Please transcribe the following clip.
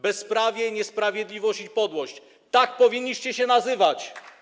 Bezprawie, niesprawiedliwość i podłość - tak powinniście się nazywać!